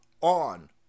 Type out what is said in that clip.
on